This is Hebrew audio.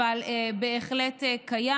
אבל זה בהחלט קיים.